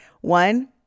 One